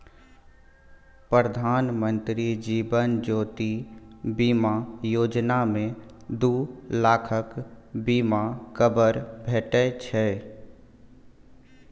प्रधानमंत्री जीबन ज्योती बीमा योजना मे दु लाखक बीमा कबर भेटै छै